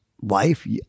wife